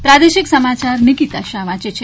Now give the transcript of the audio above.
પ્રાદેશિક સમાયાર નિકીતા શાહ વાંચે છે